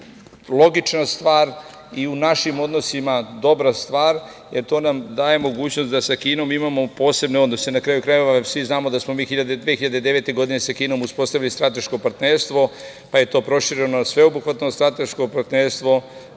logična stvar i u našim odnosima dobra stvar, jer to nam daje mogućnost da sa Kinom imamo posebne odnose, na kraju krajeva, jer svi znamo da smo mi 2009. godine sa Kinom uspostavili strateško partnerstvo, pa je to prošireno partnerstvo,